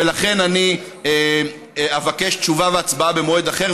ולכן אני אבקש תשובה והצבעה במועד אחר,